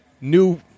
new